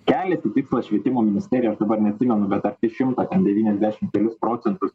kelias į tikslą švietimo ministerijos aš dabar neatsimenu bet arti šimtą ten devyniasdešim kelis procentus